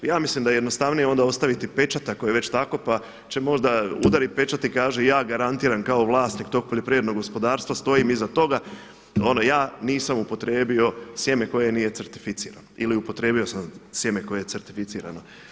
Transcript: Ja mislim da je jednostavnije onda ostaviti pečat ako je već tako pa će možda udariti pečat i kaže, ja garantiram kao vlasnik tog poljoprivrednog gospodarstva, stojim iza toga, ja nisam upotrijebio sjeme koje nije certificirano, ili upotrijebio sam sjeme koje je certificirano.